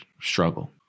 struggle